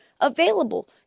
available